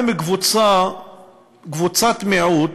קבוצת מיעוט,